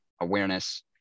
awareness